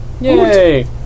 Yay